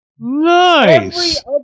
Nice